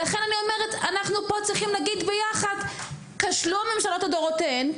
ולכן אני אומרת שאנחנו פה צריכים להגיד ביחד: כשלו הממשלות לדורותיהן,